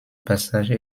passage